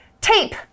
tape